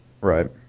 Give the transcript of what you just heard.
Right